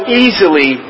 easily